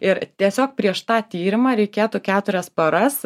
ir tiesiog prieš tą tyrimą reikėtų keturias paras